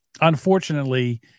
Unfortunately